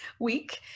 week